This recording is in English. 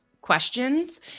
questions